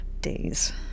Days